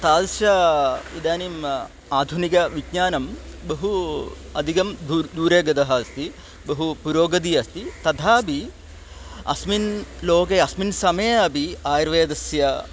तादृशम् इदानीम् आधुनिकविज्ञानं बहु अधिकं दूरे दूरे गतः अस्ति बहु पुरोगतम् अस्ति तथापि अस्मिन् लोके अस्मिन् समये अपि आयुर्वेदस्य